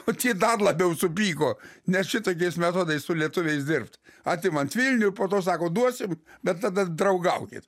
o tie dar labiau supyko ne šitokiais metodais su lietuviais dirbt atimant vilnių o po to sako duosim bet tada draugaukit